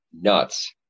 nuts